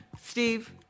Steve